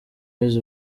wiz